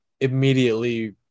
immediately